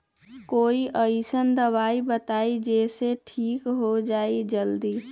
कोई अईसन दवाई बताई जे से ठीक हो जई जल्दी?